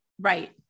Right